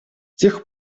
тех